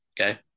Okay